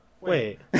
Wait